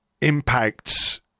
Impacts